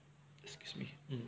excuse me